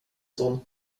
son